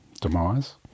demise